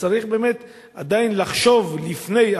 וצריך באמת עדיין לחשוב לפני,